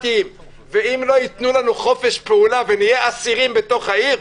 ואם לא יהיו לנו חופש פעולה ונהיה אסירים בתוך העיר,